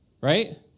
Right